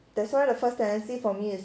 that's why the first tendency for me is